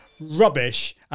rubbish